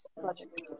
Project